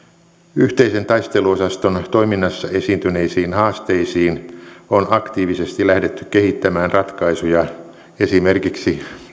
yhteisen taisteluosaston toiminnassa esiintyneisiin haasteisiin on aktiivisesti lähdetty kehittämään ratkaisuja esimerkiksi